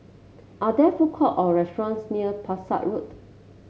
are there food courts or restaurants near Pesek Road